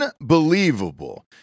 unbelievable